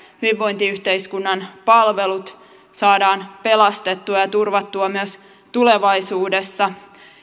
hyvinvointiyhteiskunnan palvelut saadaan pelastettua ja turvattua myös tulevaisuudessa